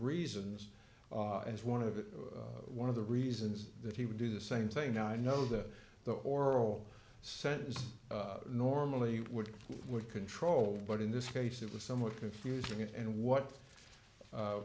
reasons as one of the one of the reasons that he would do the same thing i know that the oral senate is normally would would control but in this case it was somewhat confusing and what